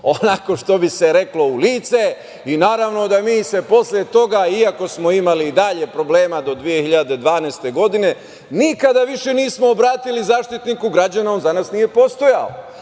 onako što bi se reklo, u lice i naravno da se mi posle toga, iako smo imali i dalje problema do 2012. godine, nikada više nismo obratili Zaštitniku građana, on za nas nije postojao